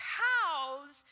cows